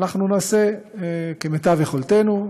אנחנו נעשה כמיטב יכולתנו,